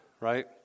right